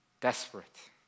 desperate